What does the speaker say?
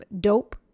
dope